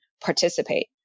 participate